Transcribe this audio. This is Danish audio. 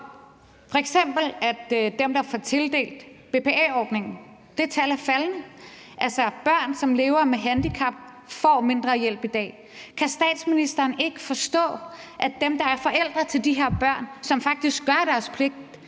at antallet, der får tildelt BPA-ordningen, er faldende. Altså, børn, som lever med handicap, får mindre hjælp i dag. Kan statsministeren ikke forstå, at dem, der er forældre til de her børn, og som faktisk gør deres pligt,